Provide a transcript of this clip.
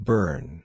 Burn